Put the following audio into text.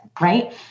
right